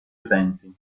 utenti